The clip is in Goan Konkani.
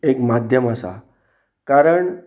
एक माध्यम आसा कारण